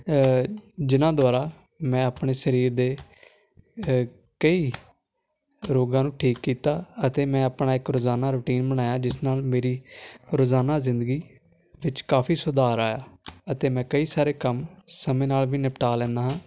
ਜਿਹਨਾਂ ਦੁਆਰਾ ਮੈਂ ਆਪਣੇ ਸਰੀਰ ਦੇ ਕਈ ਰੋਗਾਂ ਨੂੰ ਠੀਕ ਕੀਤਾ ਅਤੇ ਮੈਂ ਆਪਣਾ ਇੱਕ ਰੋਜ਼ਾਨਾ ਰੂਟੀਨ ਬਣਾਇਆ ਜਿਸ ਨਾਲ ਮੇਰੀ ਰੋਜ਼ਾਨਾ ਜ਼ਿੰਦਗੀ ਵਿੱਚ ਕਾਫ਼ੀ ਸੁਧਾਰ ਆਇਆ ਅਤੇ ਮੈਂ ਕਈ ਸਾਰੇ ਕੰਮ ਸਮੇਂ ਨਾਲ ਵੀ ਨਿਪਟਾ ਲੈਂਦਾ ਹਾਂ